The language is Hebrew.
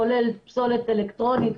כולל פסולת אלקטרונית,